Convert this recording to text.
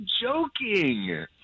joking